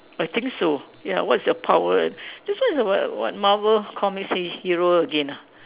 I think so ya what's your power and this one is a what what Marvel comics he~ hero again ah